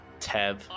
Tev